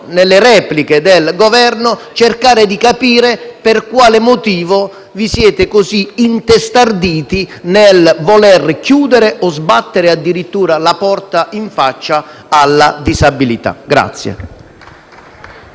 dalle repliche del Governo, per quale motivo vi siete così intestarditi nel voler chiudere o sbattere addirittura la porta in faccia alla disabilità.